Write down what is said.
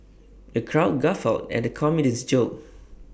the crowd guffawed at the comedian's jokes